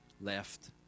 left